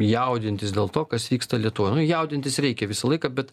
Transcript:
jaudintis dėl to kas vyksta lietuvoje jaudintis reikia visą laiką bet